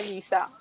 Lisa